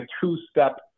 two-step